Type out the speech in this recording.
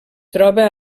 troba